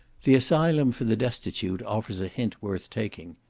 the asylum for the destitute offers a hint worth taking.